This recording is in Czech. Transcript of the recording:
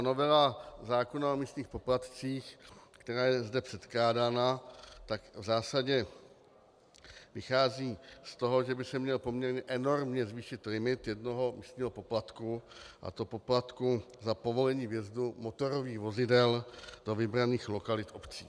Novela zákona o místních poplatcích, která je zde předkládána, v zásadě vychází z toho, že by se měl poměrně enormně zvýšit limit jednoho místního poplatku, a to poplatku za povolení vjezdu motorových vozidel do vybraných lokalit obcí.